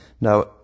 Now